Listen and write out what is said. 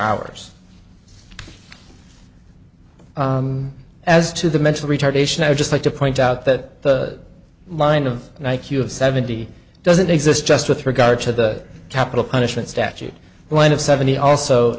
hours as to the mental retardation i would just like to point out that the mind of an i q of seventy doesn't exist just with regard to the capital punishment statute one of seventy also